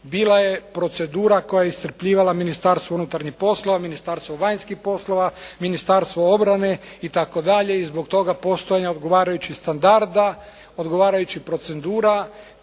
bila je procedura koja je iscrpljivala Ministarstvo unutarnjih poslova, Ministarstvo vanjskih poslova, Ministarstvo obrane itd. i zbog toga postojanja odgovarajućeg standarda, odgovarajućih procedura